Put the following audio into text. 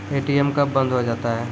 ATM कब बंद हो जाता हैं?